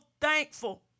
thankful